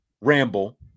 ramble